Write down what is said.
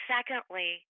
Secondly